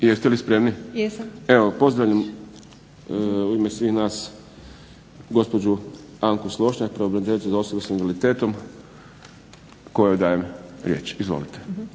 Jesam. **Šprem, Boris (SDP)** Evo pozdravljam u ime svih nas gospođu Anku Slošnjak, pravobraniteljicu za osobe s invaliditetom kojoj dajem riječ. Izvolite.